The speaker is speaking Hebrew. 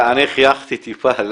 אני חייכתי טיפה,